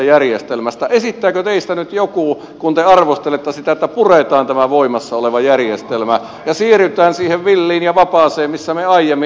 esittääkö teistä nyt joku kun te arvostelette sitä että puretaan tämä voimassa oleva järjestelmä ja siirrytään siihen villiin ja vapaaseen missä me aiemmin olimme